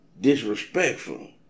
disrespectful